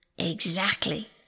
Exactly